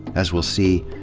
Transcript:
as we'll see,